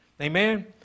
Amen